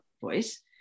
voice